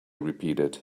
repeated